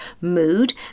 mood